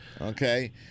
okay